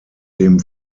dem